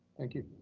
thank you.